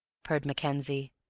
purred mackenzie,